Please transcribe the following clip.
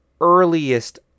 earliest